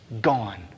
Gone